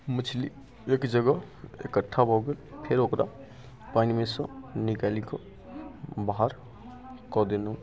मछली एक जगह इकट्ठा भऽ गेल फेर ओकरा पानिमे सँ निकालिके बाहर कऽ देलहुँ